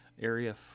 area